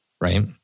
Right